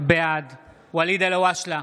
בעד ואליד אלהואשלה,